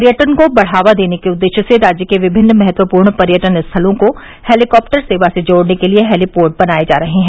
पर्यटन को बढ़ावा देने के उददेश्य से राज्य के विभिन्न महत्वपूर्ण पर्यटन स्थलों को हेलीकॉप्टर सेवा से जोड़ने के लिये हेलीपोर्ट बनाये जा रहे हैं